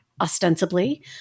ostensibly